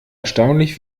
erstaunlich